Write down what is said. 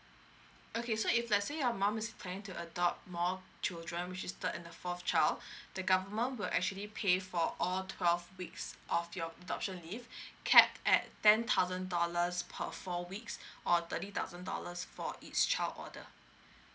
okay so if let's say your mum is planning to adopt more children which is third and the fourth child the government will actually pay for all twelve weeks of your adoption leave capped at ten thousand dollars per four weeks or thirty thousand dollars for each child order